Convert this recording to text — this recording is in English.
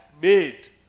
made